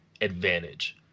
advantage